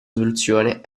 soluzione